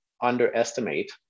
underestimate